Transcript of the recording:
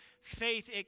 faith